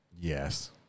Yes